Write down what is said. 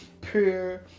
pure